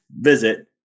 visit